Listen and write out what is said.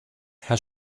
herr